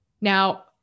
Now